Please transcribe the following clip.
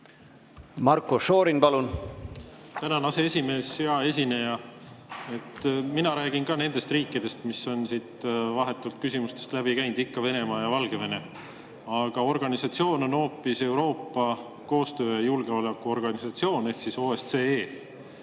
Marko Šorin, palun! Tänan, aseesimees! Hea esineja! Mina räägin ka nendest riikidest, mis on siit vahetult küsimustest läbi käinud – ikka Venemaa ja Valgevene –, aga organisatsioon on hoopis Euroopa Koostöö- ja Julgeolekuorganisatsioon ehk siis OSCE.